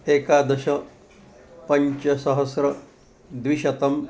एकादश पञ्चसहस्रं द्विशतम्